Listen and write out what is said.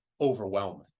overwhelming